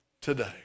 today